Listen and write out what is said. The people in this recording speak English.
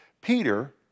Peter